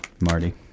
Marty